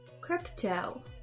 crypto